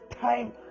time